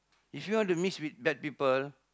if you want to mix with bad people